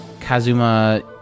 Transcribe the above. Kazuma